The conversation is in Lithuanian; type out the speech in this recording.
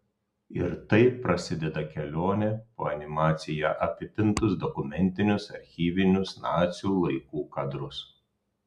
ir taip prasideda kelionė po animacija apipintus dokumentinius archyvinius nacių laikų kadrus